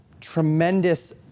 tremendous